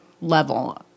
level